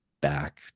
back